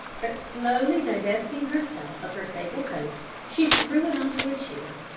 but slowly divesting herself of her sable coat she threw it on to a chair,